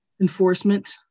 enforcement